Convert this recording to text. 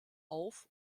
auf